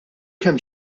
kemm